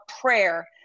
prayer